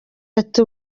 ati